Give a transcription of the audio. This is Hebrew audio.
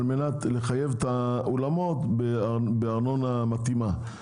על מנת לחייב את האולמות בארנונה מתאימה.